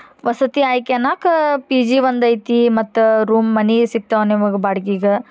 ವಸತಿ ಆಯ್ಕೆ ಅನ್ನಾಕ್ ಪಿ ಜಿ ಒಂದು ಐತಿ ಮತ್ತು ರೂಮ್ ಮನೆ ಸಿಗ್ತಾವ ನಿಮಗೆ ಬಾಡ್ಗಿಗೆ